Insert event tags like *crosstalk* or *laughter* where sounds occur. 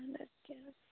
*unintelligible*